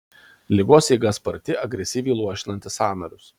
ligos eiga sparti agresyviai luošinanti sąnarius